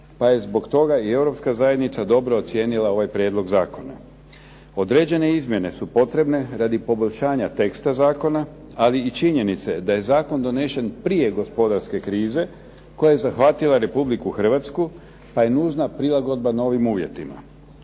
pa je zbog toga i Europska zajednica dobro ocijenila ovaj prijedlog zakona. Određene izmjene su potrebne radi poboljšanja teksta zakona, ali i činjenice da je zakon donešen prije gospodarske krize koja je zahvatila Republiku Hrvatsku, pa je nužna prilagodba novim uvjetima.